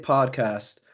Podcast